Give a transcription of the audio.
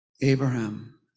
Abraham